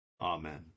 Amen